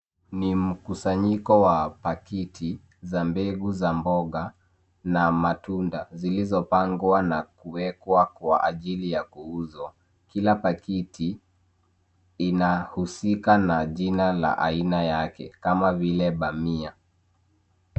Ni mkusanyiko wa pakiti za mbegu za mboga na matunda zilizopangwa na kuwekwa kwa ajili ya kuuzwa kila pakiti ina husika na jina la aina yake kama vile bamia